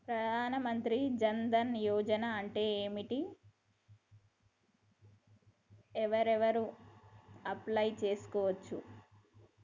ప్రధాన మంత్రి జన్ ధన్ యోజన అంటే ఏంటిది? ఎవరెవరు అప్లయ్ చేస్కోవచ్చు?